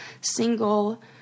single